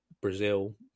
Brazil